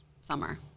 summer